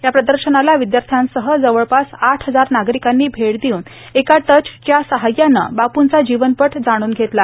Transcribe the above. या प्रदर्शनाला विद्यार्थ्यासह जवळपास आठ हजार नागरिकांनी भेट देऊन एका टच च्या सहाय्याने बापूंचा जीवनपट जाणून घेतला